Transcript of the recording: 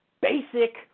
basic